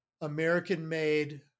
American-made